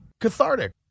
cathartic